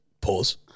pause